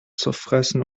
zerfressen